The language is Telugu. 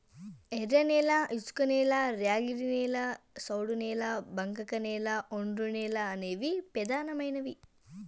ఎర్రనేల, ఇసుకనేల, ర్యాగిడి నేల, సౌడు నేల, బంకకనేల, ఒండ్రునేల అనేవి పెదానమైనవి